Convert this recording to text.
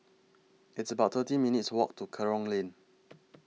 It's about thirty minutes' Walk to Kerong Lane